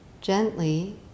gently